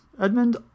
Edmund